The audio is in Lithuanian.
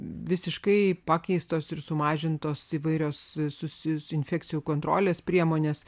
visiškai pakeistos ir sumažintos įvairios susijusių infekcijų kontrolės priemonės